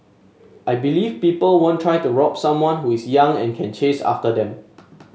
I believe people won't try to rob someone who is young and can chase after them